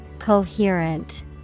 Coherent